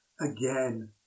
again